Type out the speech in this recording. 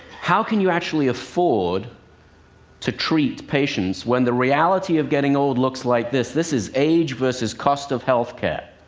how can you actually afford to treat patients when the reality of getting old looks like this? this is age versus cost of health care.